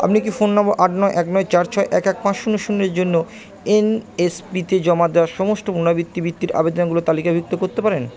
আপনি কি ফোন নম্বর আট নয় এক নয় চার ছয় এক এক পাঁচ শূন্য শূন্যের জন্য এনএসপিতে জমা দেওয়া সমস্ত পুনরাবৃত্তি বৃত্তির আবেদনগুলো তালিকাভুক্ত করতে পারেন